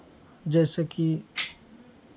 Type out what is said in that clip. जाहिसँ कि